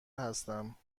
هستم